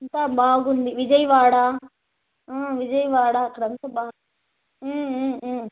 అంతా బాగుంది విజయవాడ విజయవాడ అక్కడంత బాగుంది